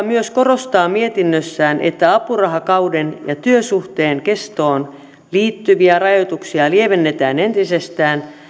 myös korostaa mietinnössään että apurahakauden ja työsuhteen kestoon liittyviä rajoituksia lievennetään entisestään